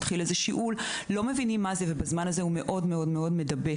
לא מבינים מה זה ובינתיים זה מאוד מדבק.